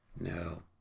No